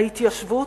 ההתיישבות,